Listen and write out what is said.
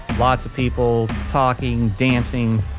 lots of people talking, dancing,